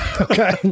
Okay